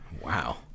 Wow